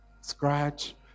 scratch